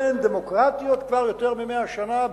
שהן דמוקרטיות כבר יותר מ-100 שנה,